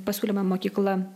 pasiūlė man mokykla